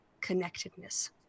connectedness